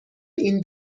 این